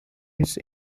his